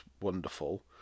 wonderful